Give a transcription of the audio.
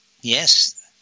Yes